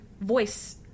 voice